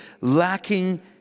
lacking